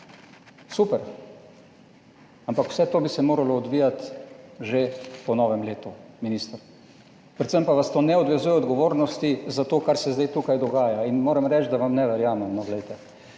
Super, ampak vse to bi se moralo odvijati že po novem letu, minister, predvsem pa vas to ne odvezuje odgovornosti za to, kar se zdaj tukaj dogaja in moram reči, da vam ne verjamem no, glejte.